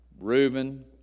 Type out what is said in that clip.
Reuben